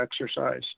exercise